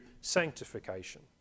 sanctification